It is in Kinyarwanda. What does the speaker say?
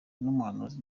n’umuhanuzi